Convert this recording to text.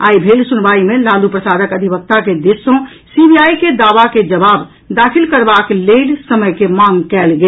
आई भेल सुनवाई मे लालू प्रसादक अधिवक्ता के दिस सँ सीबीआई के दावा के जवाब दाखिल करबाक लेल समय के मांग कयल गेल